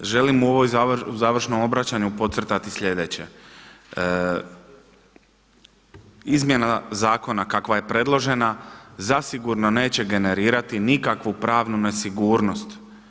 Želim u ovom završnom obraćanju podcrtati sljedeće, izmjena zakona kakva je predložena zasigurno neće generirati nikakvu pravnu nesigurnost.